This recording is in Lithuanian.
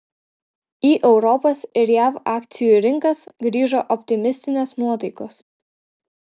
į europos ir jav akcijų rinkas grįžo optimistinės nuotaikos